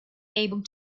able